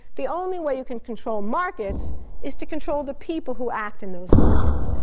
the only way you can control markets is to control the people who act in those markets.